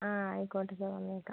ആ ആയിക്കോട്ടെ സാർ വന്നേക്കാം